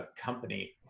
company